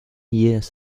years